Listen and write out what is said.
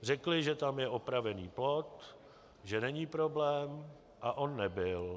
Řekli, že tam je opravený plot, že není problém, a on nebyl.